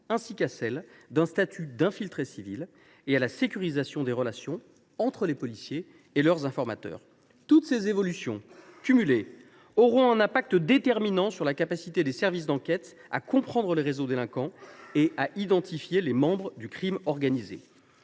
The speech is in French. enfin à la création d’un statut d’infiltré civil et à la sécurisation des relations entre les policiers et leurs informateurs. Toutes ces évolutions cumulées auront un impact déterminant sur la capacité des services d’enquête à comprendre les réseaux délinquants et à identifier les membres du crime organisé.